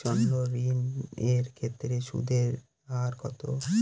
সর্ণ ঋণ এর ক্ষেত্রে সুদ এর হার কত?